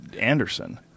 Anderson